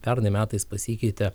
pernai metais pasikeitė